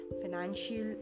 financial